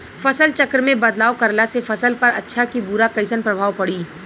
फसल चक्र मे बदलाव करला से फसल पर अच्छा की बुरा कैसन प्रभाव पड़ी?